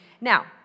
Now